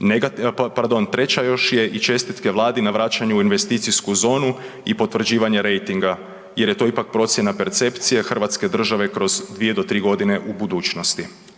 negativna, pardon treća još je i čestitke Vladi na vraćanju u investicijsku zonu i potvrđivanje rejtinga jer je to ipak procjena percepcije Hrvatske države kroz 2 do 3 godine u budućnosti.